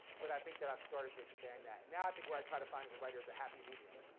but i think that i've started to expand that. and now i think what i try to find as a writer is a happy medium.